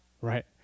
right